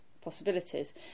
possibilities